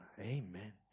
amen